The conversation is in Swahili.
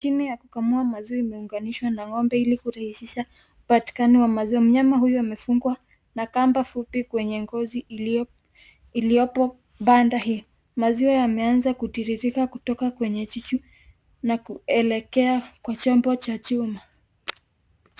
Mashini ya kukamua maziwa imeunganishwa na ngombe ili kurahisisha upatikani wa maziwa, mnyama huyu amefungwa na kamba fupi kwenye ngozi iliyopo banda hii, maziwa yameanza kutiririka kutoka kwenye chuchu na kuelekea kwa chombo cha chuma.